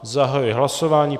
Zahajuji hlasování.